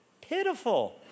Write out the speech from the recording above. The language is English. pitiful